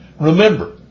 Remember